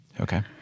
Okay